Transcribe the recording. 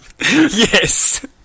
yes